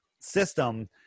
system